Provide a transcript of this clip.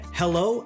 hello